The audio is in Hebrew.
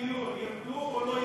מחירי הדיור ירדו או לא ירדו?